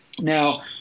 Now